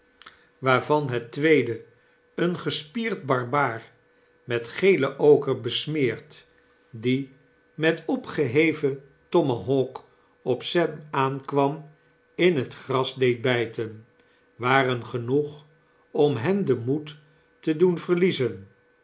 waarvan het tweede een gespierd barbaar met gele oker besmeerd die met opgeheven tomahawk op sem aankwam in het gras deed byten waren genoeg om hen den moed te doen verliezen